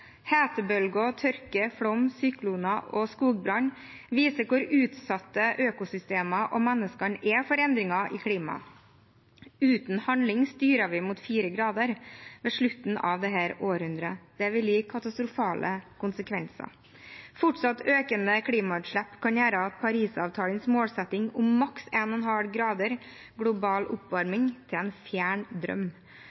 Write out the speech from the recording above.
Hetebølger, tørke, flom, sykloner og skogbrann viser hvor utsatt økosystemer og menneskene er for endringer i klimaet. Uten handling styrer vi mot 4 grader ved slutten av dette århundret. Det vil føre til katastrofale konsekvenser. Fortsatt økende klimautslipp kan gjøre Parisavtalens målsetting om maks 1,5 grader global oppvarming til en